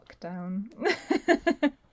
lockdown